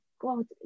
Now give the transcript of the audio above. God